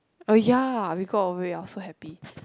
oh ya we got away I was so happy